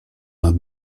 nad